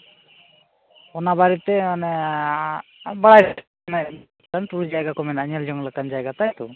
ᱚᱱᱟ ᱵᱟᱨᱮᱛᱮ ᱟᱵᱟᱨ ᱚᱱᱮ ᱴᱩᱨ ᱡᱟᱭᱜᱟ ᱠᱚ ᱢᱮᱱᱟᱜᱼᱟ ᱧᱮᱞ ᱡᱚᱝ ᱞᱮᱠᱟᱱ ᱡᱟᱭᱜᱟ ᱛᱟᱭᱛᱚ